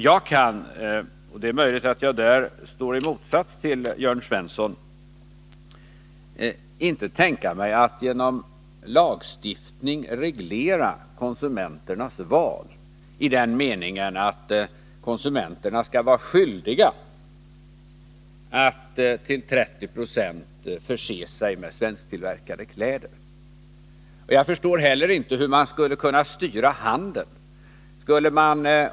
Jag kan — och det är möjligt att jag därvidlag står i motsatsställning till Jörn Svensson —-inte tänka mig att genom lagstiftning reglera konsumenternas val i den meningen att konsumenten skall vara skyldig att till 30 26 förse sig med svensktillverkade kläder. Jag förstår heller inte hur man skulle kunna styra handeln.